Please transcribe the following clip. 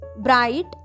Bright